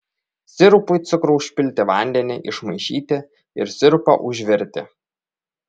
sirupui cukrų užpilti vandeniu išmaišyti ir sirupą užvirti